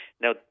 Now